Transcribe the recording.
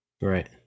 right